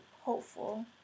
hopeful